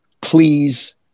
please